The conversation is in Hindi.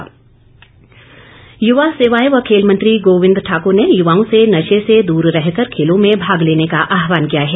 गोविंद ठाक्र युवा सेवाएं व खेल मंत्री गोविंद ठाकुर ने युवाओं से नशे से दूर रहकर खेलों में भाग लेने का आहवान किया है